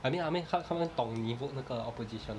I mean I mean 他他们懂你 vote 那个 opposition